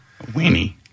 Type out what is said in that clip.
Weenie